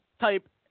type